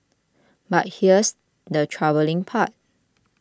but here's the troubling part